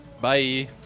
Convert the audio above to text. bye